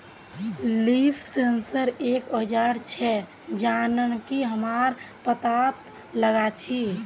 leaf sensor एक औजार छेक जननकी हमरा पत्ततात लगा छी